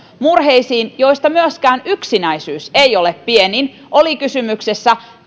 murheisiin joista myöskään yksinäisyys ei ole pienin oli kysymyksessä